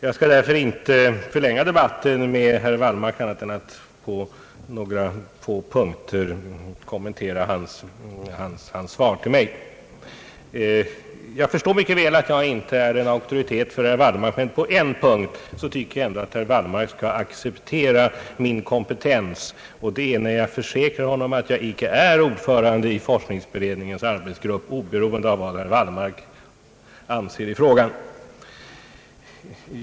Jag skall därför inte förlänga debatten med herr Wallmark i annan mån än att på några få punkter kommentera hans svar till mig. Jag förstår mycket väl att jag inte är en auktoritet för herr Wallmark, men på en punkt tycker jag ändå att herr Wallmark skall acceptera min kompetens. Det är när jag försäkrar honom att jag icke är ordförande i forskningsberedningens arbetsgrupp — oberoende av vad herr Wallmark anser i frågan.